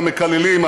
גם מקללים,